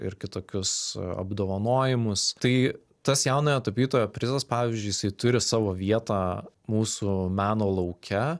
ir kitokius apdovanojimus tai tas jaunojo tapytojo prizas pavyzdžiuijisai turi savo vietą mūsų meno lauke